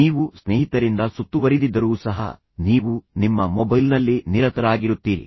ನೀವು ಸ್ನೇಹಿತರಿಂದ ಸುತ್ತುವರಿದಿದ್ದರೂ ಸಹ ನೀವು ನಿಮ್ಮ ಮೊಬೈಲ್ನಲ್ಲಿ ನಿರತರಾಗಿರುತ್ತೀರಿ